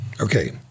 Okay